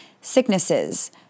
sicknesses